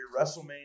WrestleMania